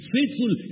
Faithful